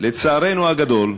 לצערנו הגדול,